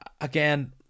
again